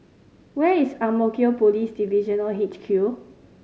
where is Ang Mo Kio Police Divisional H Q